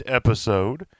episode